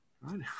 Right